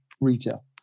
retail